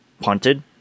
punted